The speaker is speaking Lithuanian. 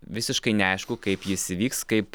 visiškai neaišku kaip jis įvyks kaip